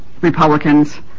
Republicans